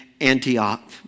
Antioch